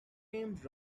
named